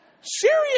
Serious